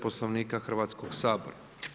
Poslovnika Hrvatskog sabora.